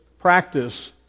practice